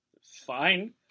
Fine